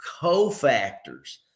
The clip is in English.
cofactors